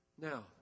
Now